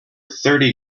thirty